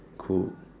cool